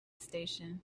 station